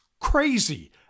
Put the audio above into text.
crazy